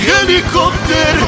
Helicopter